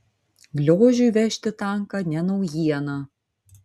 gliožiui vežti tanką ne naujiena